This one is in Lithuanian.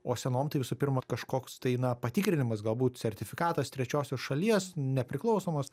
o senom tai visų pirma kažkoks tai na patikrinimas galbūt sertifikatas trečiosios šalies nepriklausomos